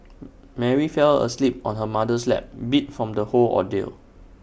Mary fell asleep on her mother's lap beat from the whole ordeal